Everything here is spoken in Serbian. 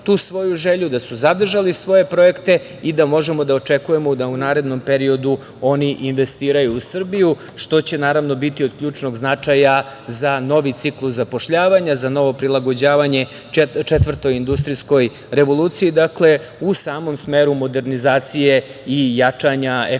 da su zadržali svoje projekte i da možemo da očekujemo da u narednom periodu oni investiraju u Srbiju, što će, naravno, biti od ključnog značaja za novi ciklus zapošljavanja, za novo prilagođavanje četvrtoj industrijskoj revoluciji, dakle, u samom smeru modernizacije i jačanja ekonomije